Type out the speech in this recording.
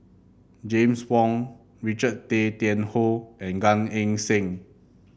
James Wong Richard Tay Tian Hoe and Gan Eng Seng